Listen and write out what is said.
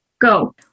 Go